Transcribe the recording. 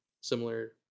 similar